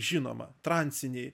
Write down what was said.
žinoma transiniai